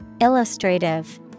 Illustrative